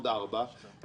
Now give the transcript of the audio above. עוד ארבע,